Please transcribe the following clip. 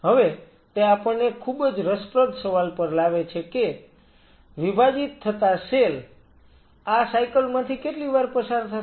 હવે તે આપણને એક ખૂબ જ રસપ્રદ સવાલ પર લાવે છે કે વિભાજીત થતા સેલ આ સાયકલ માંથી કેટલી વાર પસાર થશે